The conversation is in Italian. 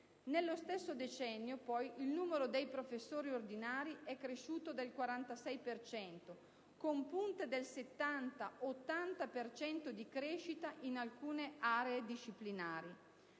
Nello stesso decennio, poi, il numero dei professori ordinari è cresciuto del 46 per cento, con punte del 70-80 per cento di crescita in alcune aree disciplinari.